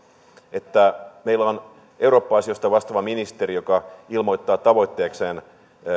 meillä on eurooppa asioista vastaava ministeri joka ilmoittaa tavoitteekseen